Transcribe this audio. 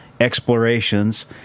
explorations